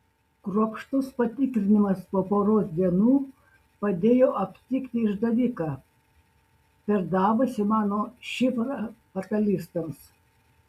kruopštus patikrinimas po poros dienų padėjo aptikti išdaviką perdavusi mano šifrą fatalistams